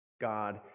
God